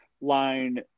line